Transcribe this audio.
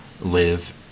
live